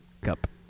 Cup